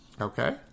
Okay